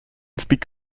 speak